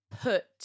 put